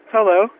Hello